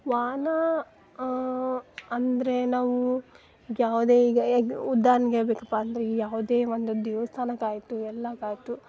ವಾಹನ ಅಂದರೆ ನಾವು ಈಗ ಯಾವುದೇ ಈಗ ಹೇಗ್ ಉದಾಹರ್ಣೆಗೆ ಹೇಳಬೇಕಪ್ಪ ಅಂದ್ರೆ ಯಾವುದೇ ಒಂದು ದೇವಸ್ಥಾನಕ್ಕೆ ಆಯಿತು ಎಲ್ಲ ಆಯ್ತು